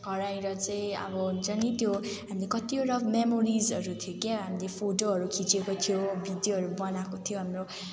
घर आएर चाहिँ अब हुन्छ नि त्यो अनि कत्तिवटा मेमोरिसहरू थियो क्या हामीले फोटोहरू खिँचेको थियो भिडियोहरू बनाएको थियो हाम्रो